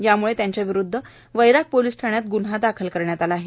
त्यामुळे त्यांच्याविरोधात वैराग पोलिस ठाण्यात गुन्हा दाखल करण्यात आला आहे